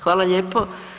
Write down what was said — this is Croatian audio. Hvala lijepo.